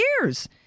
years